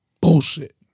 bullshit